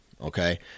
Okay